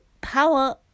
power